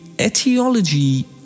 etiology